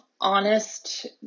honest